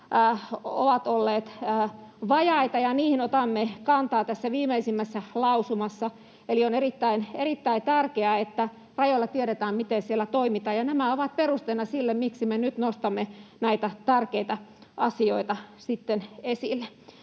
ovat olleet vajaita, ja niihin otamme kantaa viimeisimmässä lausumassamme. Eli on erittäin tärkeää, että rajoilla tiedetään, miten siellä toimitaan. Ja nämä ovat perusteena sille, miksi me nyt nostamme näitä tärkeitä asioita esille.